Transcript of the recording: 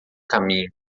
caminho